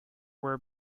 were